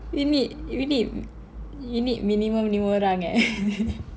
you need you need you need minimum lima orang eh